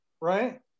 right